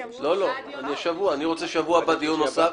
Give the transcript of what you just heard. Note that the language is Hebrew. בשבוע הבא אני רוצה לקיים דיון נוסף.